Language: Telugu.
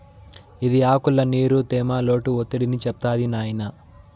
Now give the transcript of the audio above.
ఇది ఆకుల్ల నీరు, తేమ, లోటు ఒత్తిడిని చెప్తాది నాయినా